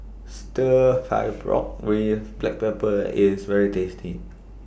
Stir Fry Pork with Black Pepper IS very tasty